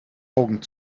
augen